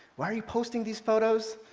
why are you posting these photos?